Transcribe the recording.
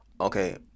Okay